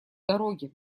дороги